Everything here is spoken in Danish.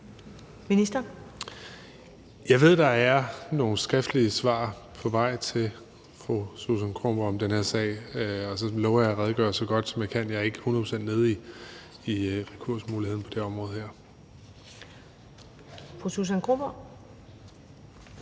Bek): Jeg ved, at der er nogle skriftlige svar på vej til fru Susan Kronborg om den her sag, og så lover jeg at redegøre så godt, som jeg kan. Jeg er ikke hundrede procent nede i rekursmuligheden på det her område. Kl.